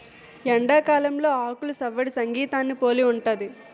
ఎండాకాలంలో ఆకులు సవ్వడి సంగీతాన్ని పోలి ఉంటది